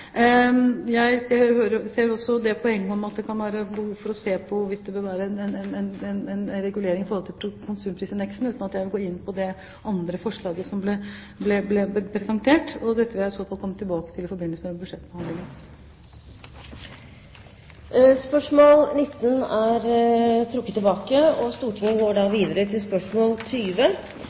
Jeg ser også det poenget at det kan være behov for å se på hvorvidt det bør foretas en regulering i forhold til konsumprisindeksen, uten at jeg vil gå inn på det andre forslaget som ble presentert. Dette vil jeg i så fall komme tilbake til i forbindelse med budsjettbehandlingen. Dette spørsmålet er trukket tilbake. Dette spørsmålet, fra representanten Laila Marie Reiertsen til arbeidsministeren, er overført til barne-, likestillings- og inkluderingsministeren som rette vedkommende. Eg tillèt meg å stilla følgjande spørsmål